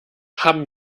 haben